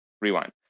rewind